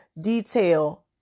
detail